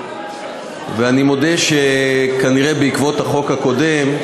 ואני מודה שכנראה בעקבות החוק הקודם,